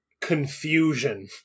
confusion